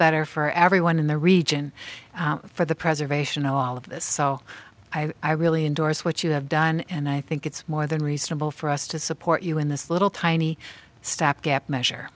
better for everyone in the region for the preservation of all of this so i really indorse what you have done and i think it's more than reasonable for us to support you in this little tiny stopgap measure